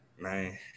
Man